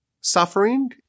suffering